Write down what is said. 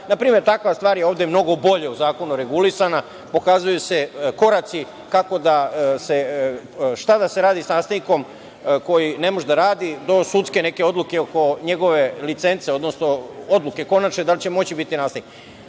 npr. takva stvar je ovde mnogo bolje u zakonu regulisana, pokazuju se koraci kako da se, šta da se radi sa nastavnikom koji ne može da radi do sudske neke odluke oko njegove licence, odnosno konačne odluke da li će moći da bude nastavnik.